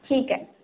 ठीक आहे